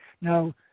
now